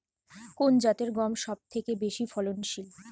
কোন জাতের গম সবথেকে বেশি ফলনশীল?